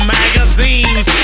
magazines